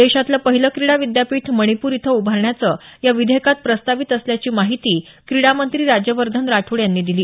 देशातलं पहिलं क्रीडा विद्यापीठ मणिपूर इथं उभारण्याचं या विधेयकात प्रस्तावित असल्याची माहिती क्रीडा मंत्री राज्यवर्धन राठोड यांनी दिली